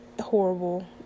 horrible